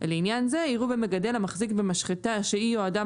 לעניין זה יראו במגדל המחזיק במשחטה שהיא או אדם